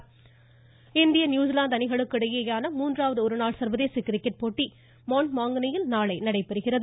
cricket இந்திய New Zealand அணிகளுக்கு இடையேயான மூன்றாவது ஒருநாள் சர்வதேச கிரிக்கெட் போட்டி மவுண்ட் மாங்கனியில் நாளை நடைபெறுகிறது